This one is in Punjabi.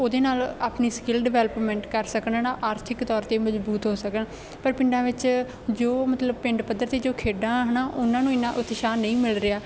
ਉਹਦੇ ਨਾਲ ਆਪਣੀ ਸਕਿਲ ਡਿਵੈਲਪਮੈਂਟ ਕਰ ਸਕਣ ਨਾ ਆਰਥਿਕ ਤੌਰ 'ਤੇ ਮਜ਼ਬੂਤ ਹੋ ਸਕਣ ਪਰ ਪਿੰਡਾਂ ਵਿੱਚ ਜੋ ਮਤਲਬ ਪਿੰਡ ਪੱਧਰ 'ਤੇ ਜੋ ਖੇਡਾਂ ਹੈ ਨਾ ਉਹਨਾਂ ਨੂੰ ਇੰਨਾ ਉਤਸ਼ਾਹ ਨਹੀਂ ਮਿਲ ਰਿਹਾ